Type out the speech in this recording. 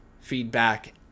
feedback